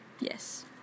Yes